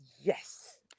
Yes